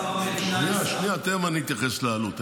אוצר המדינה --- תכף אני אתייחס לעלות.